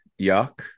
yuck